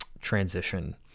transition